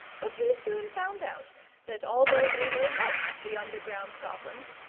but he soon found out that although they were like the underground goblins,